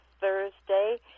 Thursday